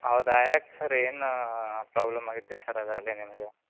ಹೌದಾ ಯಾಕೆ ಸರ್ ಏನು ಪ್ರಾಬ್ಲಮ್ ಆಗೈತ್ರಿ ಸರ್ ಅದರಲ್ಲಿ ನಿಮಗೆ